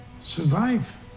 Survive